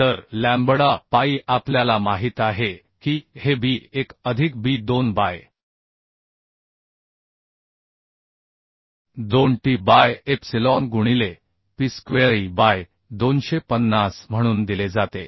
तर lambda pi आपल्याला माहित आहे की हे B1 अधिक B 2 by 2 t by epsilon गुणीले Pi स्क्वेअरe बाय 250 म्हणून दिले जाते